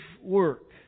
work